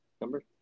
number